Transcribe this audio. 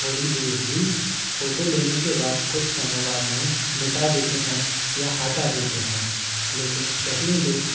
थोड़ी देर ली फोटो लेने के बाद कुछ समय बाद उन्हें मिटा देते हैं या हटा देते हैं लेकिन पहले लोग